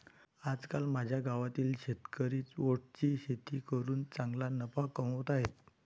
आजकाल माझ्या गावातील शेतकरी ओट्सची शेती करून चांगला नफा कमावत आहेत